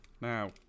Now